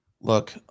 Look